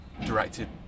directed